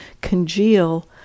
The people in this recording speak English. congeal